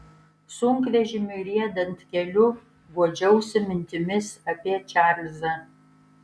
sunkvežimiui riedant keliu guodžiausi mintimis apie čarlzą